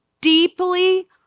deeply